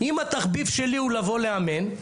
אם התחביב שלי הוא לבוא לאמן,